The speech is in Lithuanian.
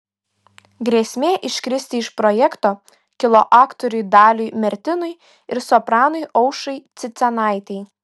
grėsmė iškristi iš projekto kilo aktoriui daliui mertinui ir sopranui aušrai cicėnaitei